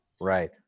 Right